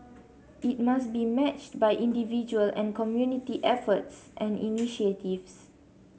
it must be matched by individual and community efforts and initiatives